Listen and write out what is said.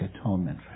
atonement